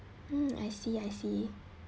um I see I see